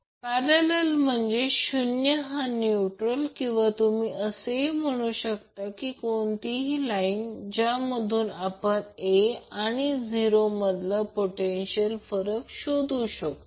तर cos 30 o cos 30 o हे लिहिले आहे किंवा आपण P2 magnitude line to line voltage आहे हे लिहू शकतो